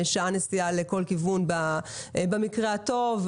זה שעה נסיעה לכל כיוון במקרה הטוב.